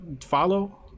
follow